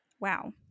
wow